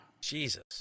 Jesus